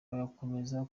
bagakomeza